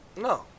No